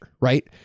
right